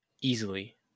Easily